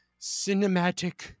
Cinematic